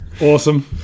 Awesome